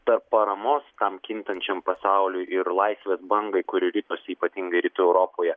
tarp paramos kam kintančiam pasauliui ir laisvės bangai kuri ritosi ypatingai rytų europoje